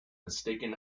mistaken